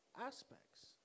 aspects